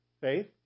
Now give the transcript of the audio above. Faith